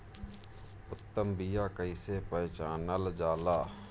उत्तम बीया कईसे पहचानल जाला?